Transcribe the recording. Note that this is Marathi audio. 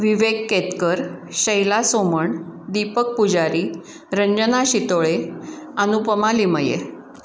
विवेक केतकर शैला सोमण दीपक पुजारी रंजना शितोळे अनुपमा लिमये